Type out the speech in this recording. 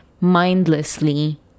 mindlessly